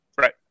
Right